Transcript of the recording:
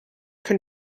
can